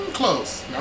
Close